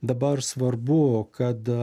dabar svarbu kad